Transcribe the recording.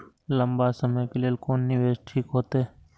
लंबा समय के लेल कोन निवेश ठीक होते?